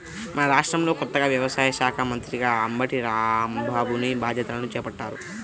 మన రాష్ట్రంలో కొత్తగా వ్యవసాయ శాఖా మంత్రిగా అంబటి రాంబాబుని బాధ్యతలను చేపట్టారు